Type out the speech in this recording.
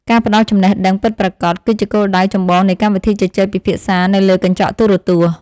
ការផ្តល់ចំណេះដឹងពិតប្រាកដ គឺជាគោលដៅចម្បងនៃកម្មវិធីជជែកពិភាក្សានៅលើកញ្ចក់ទូរទស្សន៍។